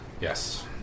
Yes